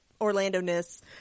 Orlando-ness